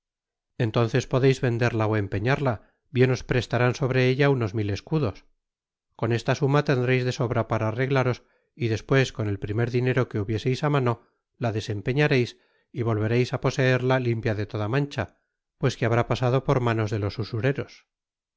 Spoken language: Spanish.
entonces podeis venderla ó empeñarla bien os prestarán sobre ella unos mil escudos con esta suma tendreis de sobra para arreglaros y despues con el primer dinero que hubiereis á mano la desempeñareis y volvereis á poseerla limpia de toda mancha pues que habrá pasado por manos de los usureros